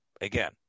again